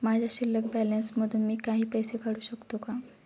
माझ्या शिल्लक बॅलन्स मधून मी काही पैसे काढू शकतो का?